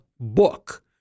book